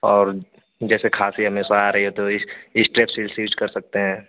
और जैसे खाँसी हमेशा आ रही है तो इस इस्ट्रेपसिल्स यूज कर सकते हैं